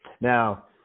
Now